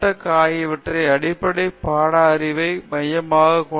ஆகியவை அடிப்படை பாட அறிவை மையமாகக் கொண்டது